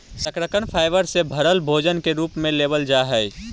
शकरकन फाइबर से भरल भोजन के रूप में लेबल जा हई